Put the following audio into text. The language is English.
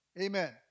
Amen